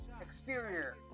Exterior